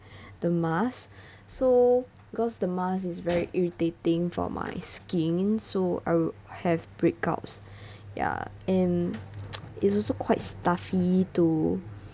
the mask so cause the mask is very irritating for my skin so I would have breakouts ya and is also quite stuffy to